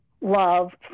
love